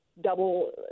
double